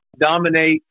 dominate